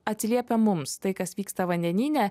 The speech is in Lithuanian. atsiliepia mums tai kas vyksta vandenyne